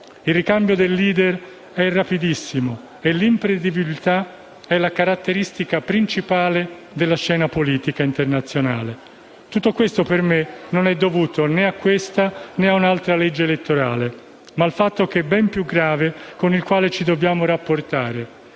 Il ricambio dei *leader* è rapidissimo e l'imprevedibilità è la caratteristica principale della scena politica internazionale. Tutto questo, per me, non è dovuto né a questa né ad un altro disegno di legge elettorale, ma ad un fatto ben più grave con il quale ci dobbiamo rapportare: